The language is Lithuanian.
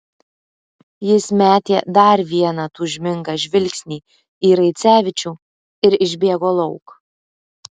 jis metė dar vieną tūžmingą žvilgsnį į raicevičių ir išbėgo lauk